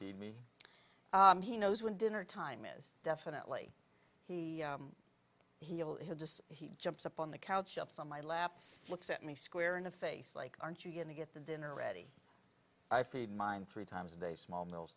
see me he knows when dinner time is definitely he he'll he just he jumps up on the couch ups on my laps looks at me square in a face like aren't you going to get the dinner ready i feed mine three times a day small meals